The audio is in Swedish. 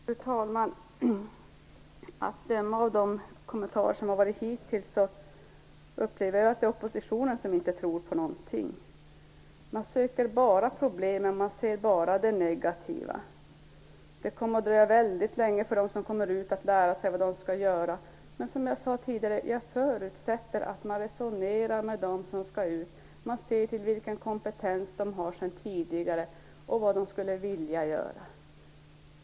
Fru talman! Att döma av de kommentarer som fällts hittills upplever jag att det är oppositionen som inte tror på någonting. Man söker bara problemen, och ser bara det negativa. Man säger att det kommer att dröja väldigt länge för dem som kommer ut att lära sig vad de skall göra. Som jag sade tidigare förutsätter jag att man resonerar med dem som skall ut. Man ser till den kompetens de har sedan tidigare och till vad de skulle vilja göra.